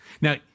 Now